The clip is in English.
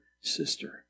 sister